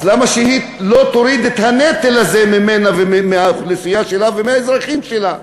אז למה שהיא לא תוריד את הנטל הזה ממנה ומהאוכלוסייה שלה ומהאזרחים שלה?